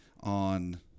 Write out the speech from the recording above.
on –